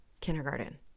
kindergarten